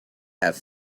have